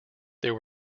there